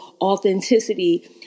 authenticity